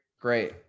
Great